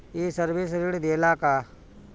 ये सर्विस ऋण देला का?